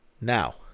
Now